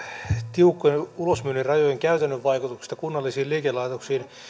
tiukkojen ulosmyynnin rajojen käytännön vaikutuksista kunnallisiin liikelaitoksiin